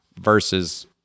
versus